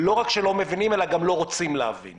אבל בשום פנים ואופן לא רצתה הממשלה לאפשר